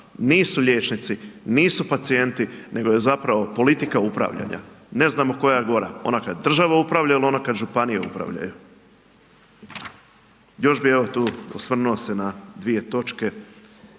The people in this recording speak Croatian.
nisu liječnici, nisu pacijenti, nego je zapravo politika upravljanja, ne znamo koja je gora, ona kad država upravlja il ona kad županije upravljaju. Još bi evo tu, osvrnuo se na dvije točke,